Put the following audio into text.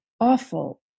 awful